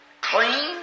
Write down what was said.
clean